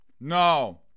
No